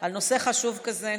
על נושא חשוב כזה נתקן.